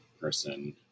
person